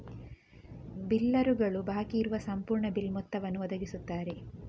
ಬಿಲ್ಲರುಗಳು ಬಾಕಿ ಇರುವ ಸಂಪೂರ್ಣ ಬಿಲ್ ಮೊತ್ತವನ್ನು ಒದಗಿಸುತ್ತಾರೆ